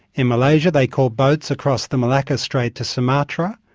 in malaysia they caught boats across the malacca strait to sumatra,